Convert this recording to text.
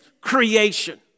creation